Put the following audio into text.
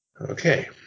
Okay